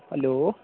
hello